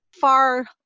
far